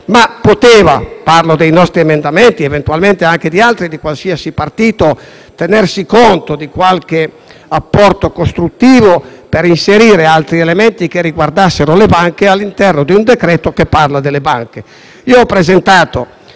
ovviare. Parlo dei nostri emendamenti ed eventualmente anche di altri, di qualsiasi partito: si sarebbe potuto tenere conto di qualche apporto costruttivo, per inserire altri elementi che riguardassero le banche all'interno di un decreto-legge che parla delle banche. Io ho presentato